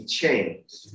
changed